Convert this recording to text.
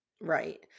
Right